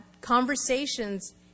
conversations